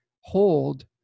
hold